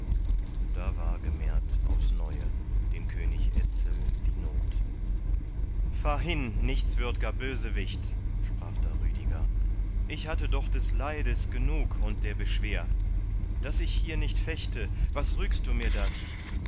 da war gemehrt aufs neue dem könig etzel die not fahr hin nichtswürdger bösewicht sprach da rüdiger ich hatte doch des leides genug und der beschwer daß ich hier nicht fechte was rügst du mir das